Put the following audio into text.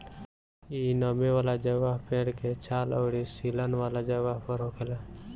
इ नमी वाला जगह, पेड़ के छाल अउरी सीलन वाला जगह पर होखेला